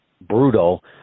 brutal